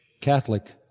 Catholic